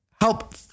help